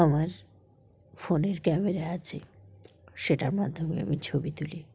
আমার ফোনের ক্যামেরা আছে সেটার মাধ্যমে আমি ছবি তুলি